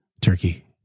Turkey